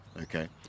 Okay